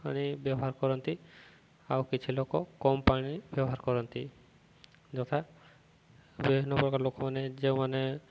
ପାଣି ବ୍ୟବହାର କରନ୍ତି ଆଉ କିଛି ଲୋକ କମ୍ ପାଣି ବ୍ୟବହାର କରନ୍ତି ଯଥା ବିଭିନ୍ନ ପ୍ରକାର ଲୋକମାନେ ଯେଉଁମାନେ